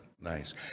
nice